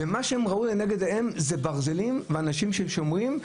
מה שהם ראו לנגד עיניהם זה ברזלים ואנשים ששומרים.